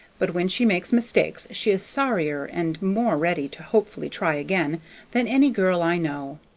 but when she makes mistakes she is sorrier and more ready to hopefully try again than any girl i know.